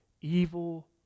evil